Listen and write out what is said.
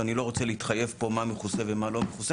ואני לא רוצה להתחייב מה מכוסה ומה לא מכוסה.